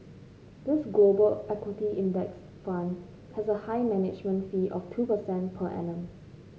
this Global equity index fund has a high management fee of two percent per annum